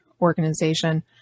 organization